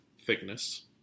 thickness